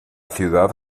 ciudad